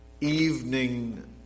evening